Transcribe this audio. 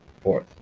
Fourth